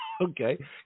Okay